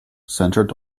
centred